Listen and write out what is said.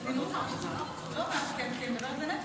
השר כץ?